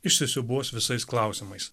įsisiūbuos visais klausimais